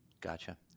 Gotcha